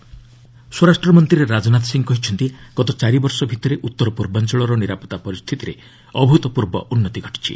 ରାଜନାଥ ସିଂ ସିଲଙ୍ଗ୍ ସ୍ୱରାଷ୍ଟ୍ରମନ୍ତ୍ରୀ ରାଜନାଥ ସିଂ କହିଛନ୍ତି ଗତ ଚାରିବର୍ଷ ଭିତରେ ଉତ୍ତର ପୂର୍ବାଞ୍ଚଳର ନିରାପତ୍ତା ପରିସ୍ଥିତିରେ ଅଭୁତପୂର୍ବ ଉନ୍ନତି ଘଟିଛି